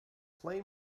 play